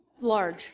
large